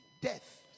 death